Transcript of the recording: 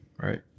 right